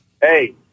Hey